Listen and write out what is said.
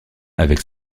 avec